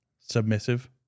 Submissive